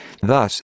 Thus